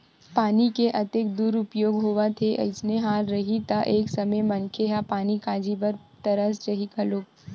पानी के अतेक दुरूपयोग होवत हे अइसने हाल रइही त एक समे मनखे ह पानी काजी बर तरस जाही घलोक